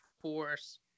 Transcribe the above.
force